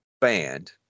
band